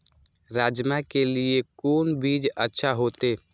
राजमा के लिए कोन बीज अच्छा होते?